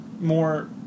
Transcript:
more